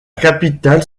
capitale